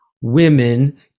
women